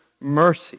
mercy